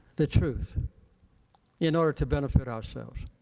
the truth in order to benefit ourselves.